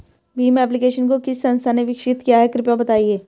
Bhim application को किस संस्था ने विकसित किया है कृपया बताइए?